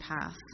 path